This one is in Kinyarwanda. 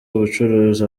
ubucuruzi